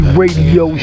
radio